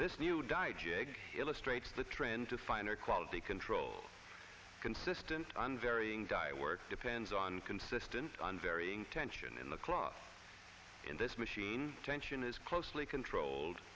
this new diet jagged illustrates the trenta finer quality control consistent on varying diet work depends on consistent on varying tension in the club in this machine tension is closely controlled